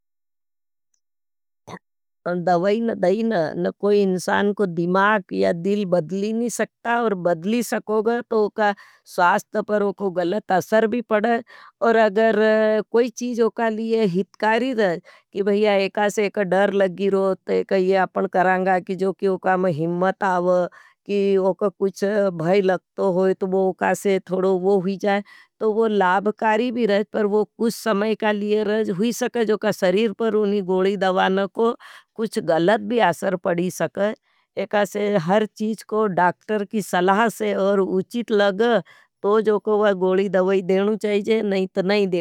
दवाई न दाई न कोई इन्सान को दिमाग या दिल बदली नी सकता। और बदली सकोगा तो उका स्वास्थ पर उको गलत असर भी पड़े। और अगर कोई चीज उका लिए हितकारी रहे। कि भाईया एकासे एका डर लगी रो ते कहे। ताऊ ईके लिए अपन करंगा। की जो की ओखा माँ हिम्मत ए। की ओखा कुछ बे लग्तू होय ओखा से थोड़ो वो हुई जाये। तो वो लाभकारी भी रह। पर वो उस समय के लिए राज हुयी सके। की ओक्की सरीर पर ओनी गोली दावा नाको कुछ ग़लत भी असर पड़ी सके। तो उका स्वास्थ पर उको गलत भी असर पड़ी सकता। एकासे हर चीज को डाक्टर की सलह से। और उचित लग तो जोको वा गोली दवाई देनु चाहिए, नहीं तो नहीं देनू।